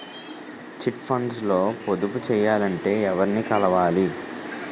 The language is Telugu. చిట్ ఫండ్స్ లో పొదుపు చేయాలంటే ఎవరిని కలవాలి?